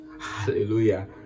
hallelujah